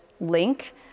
link